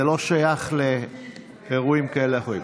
זה לא שייך לאירועים כאלה ואחרים.